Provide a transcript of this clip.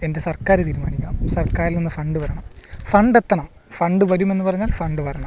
എൻ്റെ സർക്കാർ തീരുമാനിക്കണം സർക്കാരിൽ നിന്ന് ഫണ്ട് വരണം ഫണ്ട് എത്തണം ഫണ്ട് വരുമെന്നു പറഞ്ഞാൽ ഫണ്ട് വരണം